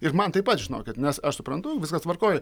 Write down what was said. ir man taip pat žinokit nes aš suprantu viskas tvarkoj